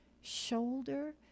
shoulder